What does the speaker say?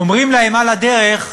ואומרים להם: על הדרך,